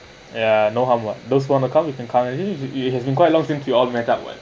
ya no harm [what] those who want to come you can come actually it has been quite long since we all make up [what]